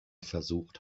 versucht